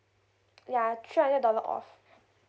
yeah two hundred dollar off